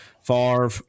Favre